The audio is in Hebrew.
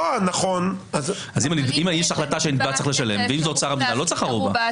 אז אם יש החלטה שהנתבע צריך לשלם ואם זה אוצר המדינה אז לא צריך ערובה.